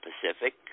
Pacific